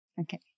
Okay